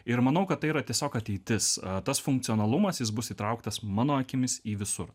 ir manau kad tai yra tiesiog ateitis tas funkcionalumas jis bus įtrauktas mano akimis į visur